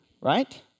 Right